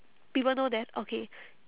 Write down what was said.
people know that okay